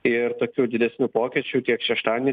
ir tokių didesnių pokyčių tiek šeštadienį